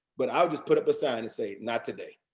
but i'll just put up a sign and say, not today.